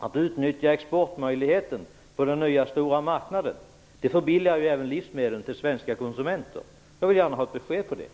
Att utnyttja exportmöjligheten till den nya stora marknaden förbilligar även livsmedlen för svenska konsumenter. Jag vill gärna ha ett besked om detta.